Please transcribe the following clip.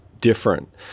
different